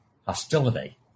hostility